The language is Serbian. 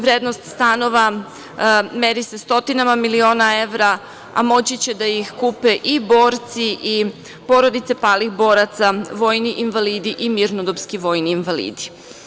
Vrednost stanova meri se stotinama miliona evra, a moći će da ih kupe i borci i porodice palih boraca, vojni invalidi i mirnodopski vojni invalidi.